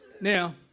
Now